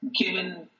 given